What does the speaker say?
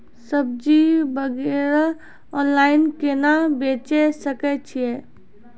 सब्जी वगैरह ऑनलाइन केना बेचे सकय छियै?